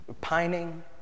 Pining